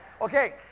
Okay